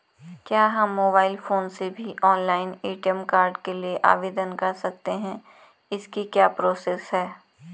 क्या हम mobile phone से भी ऑनलाइन ए.टी.एम कार्ड के लिए आवेदन कर सकते हैं इसकी क्या प्रोसेस है?